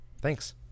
Thanks